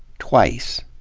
twice.